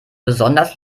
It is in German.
besonders